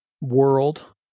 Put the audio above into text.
world